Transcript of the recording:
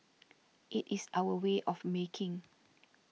it is our way of making